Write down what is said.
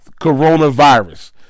coronavirus